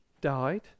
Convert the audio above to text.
died